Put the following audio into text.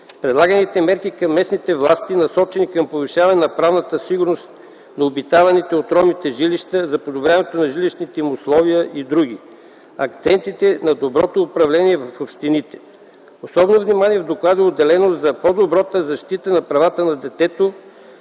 предлаганите мерки към местните власти, насочени към повишаване на правната сигурност на обитаваните от ромите жилища, за подобряването на жилищните им условия и други, акцентите на доброто управление в общините. Особено внимание в доклада е отделено за по-добрата защита на правата на детето,